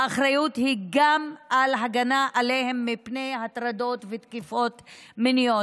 שהאחריות היא גם להגנה עליהם מפני הטרדות ותקיפות מיניות.